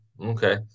Okay